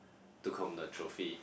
took home the trophy